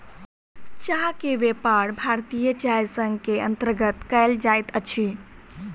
चाह के व्यापार भारतीय चाय संग के अंतर्गत कयल जाइत अछि